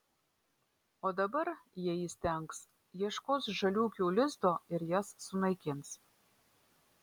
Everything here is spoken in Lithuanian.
o dabar jei įstengs ieškos žaliūkių lizdo ir jas sunaikins